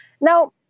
Now